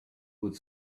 would